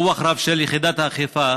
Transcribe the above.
כוח רב של יחידת האכיפה